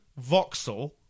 voxel